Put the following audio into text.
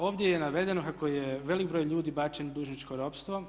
Ovdje je navedeno kako je velik broj ljudi bačen u dužničko ropstvo.